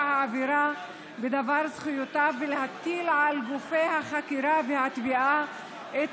העבירה בדבר זכויותיו ולהטיל על גופי החקירה והתביעה את